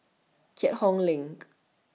Keat Hong LINK